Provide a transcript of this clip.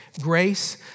Grace